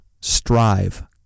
Strive